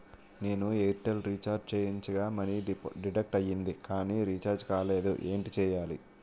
నేను Airtel recharge చేయించగా money deduct అయ్యింది కానీ రీఛార్జ్ కాలేదు ఏంటి చేయాలి?